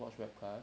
watch webcast